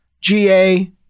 GA